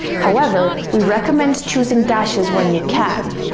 however, we recommend choosing dashes when you can.